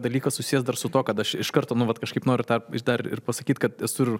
dalykas susijęs dar su tuo kad aš iš karto nu vat kažkaip noriu tą dar ir pasakyt kad esu